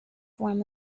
form